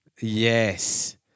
Yes